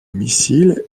missile